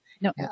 No